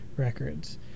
records